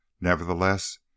Nevertheless